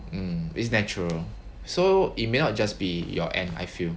mm it's natural so it may not just be your end I feel